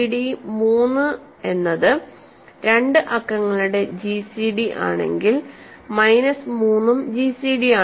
3 എന്നത് 2 അക്കങ്ങളുടെ gcd ആണെങ്കിൽ മൈനസ് 3 ഉം gcd ആണ്